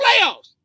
playoffs